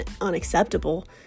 unacceptable